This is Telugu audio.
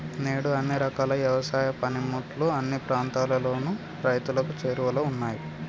నేడు అన్ని రకాల యవసాయ పనిముట్లు అన్ని ప్రాంతాలలోను రైతులకు చేరువలో ఉన్నాయి